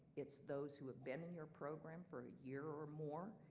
it's those who have been in your program for a year or more.